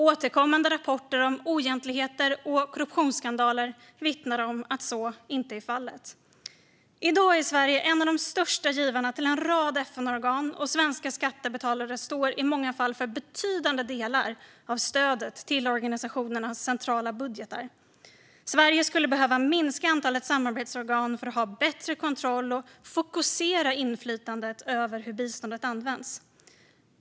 Återkommande rapporter om oegentligheter och korruptionsskandaler vittnar om att så inte är fallet. I dag är Sverige en av de största givarna till en rad FN-organ, och svenska skattebetalare står i många fall för betydande delar av stödet till organisationernas centrala budgetar. Sverige skulle behöva minska antalet samarbetsorgan för att kunna ha bättre kontroll och fokusera inflytandet över hur biståndet används.